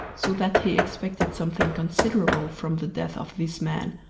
so that he expected something considerable from the death of this man,